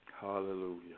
hallelujah